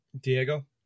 Diego